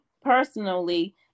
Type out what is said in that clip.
personally